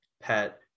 pet